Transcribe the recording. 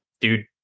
Dude